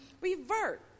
revert